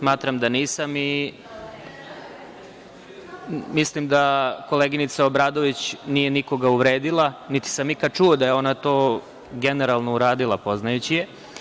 Smatram da nisam i mislim da koleginica Obradović nije nikoga uvredila niti sam ikada čuo da je ona to generalno uradila, poznajući je.